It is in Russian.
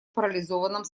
парализованном